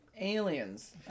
aliens